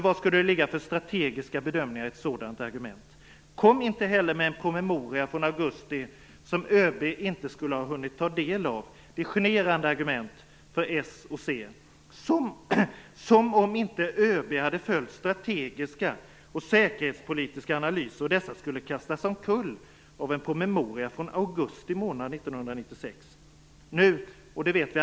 Vad skulle det ligga för strategiska bedömningar i ett sådant argument? Kom inte heller med en promemoria från augusti som ÖB inte skulle ha hunnit ta del av! Det är generande argument av s och c. Det är som om ÖB inte hade följt strategiska och säkerhetspolitiska analyser, och att detta förslag skulle kastas omkull av en promemoria från augusti månad år 1996!